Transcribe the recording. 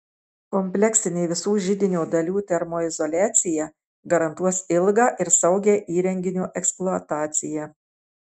kompleksinė visų židinio dalių termoizoliacija garantuos ilgą ir saugią įrenginio eksploataciją